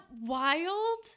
wild